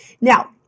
Now